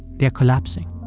they're collapsing